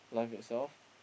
Life Itself